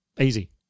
Easy